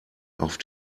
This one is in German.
auf